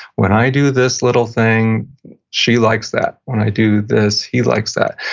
when i do this little thing she likes that. when i do this he likes that.